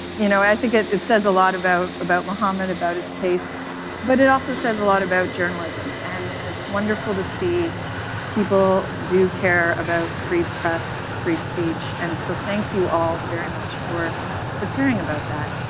you know i think it it says a lot about about mohamed, about his case but it also says a lot about journalism. and and it's wonderful to see people do care about free press, free speech and so thank you all very much for for caring about that.